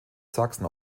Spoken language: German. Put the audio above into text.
sachsen